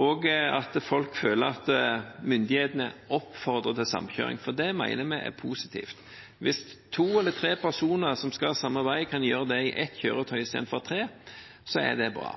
og at folk føler at myndighetene oppfordrer til samkjøring, for det mener vi er positivt. Hvis to eller tre personer som skal samme vei, kan gjøre det i ett kjøretøy istedenfor i tre, er det bra.